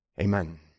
Amen